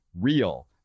Real